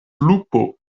lupo